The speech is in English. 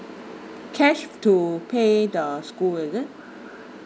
cash to pay the school is it